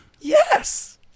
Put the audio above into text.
Yes